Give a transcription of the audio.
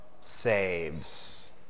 saves